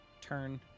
turn